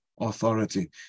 authority